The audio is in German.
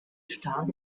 start